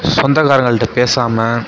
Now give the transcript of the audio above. சொந்தக்காரங்கள்ட்ட பேசாமல்